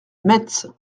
metz